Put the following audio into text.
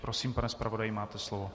Prosím, pane zpravodaji, máte slovo.